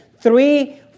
three